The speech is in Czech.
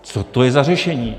Co to je za řešení?